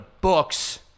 books